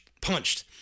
Punched